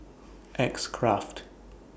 X Craft